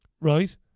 right